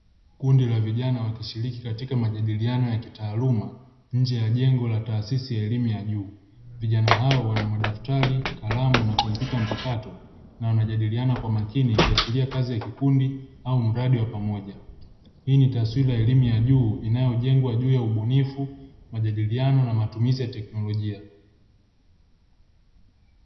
Kundi la vijana wakishirikiana katika majadiliano ya kitaaluma nje ya jengo la taasisi ya elimu ya juu. Vijana hao wana madaftari, kalamu na kompyuta mpakato na wanajadiliana kwa makini ikiashiria kazi ya kikundi au mradi wa pamoja, hii ni taswira ya elimu ya juu inayojengwa juu ya ubunifu, majadiliano na matumizi ya teknolojia.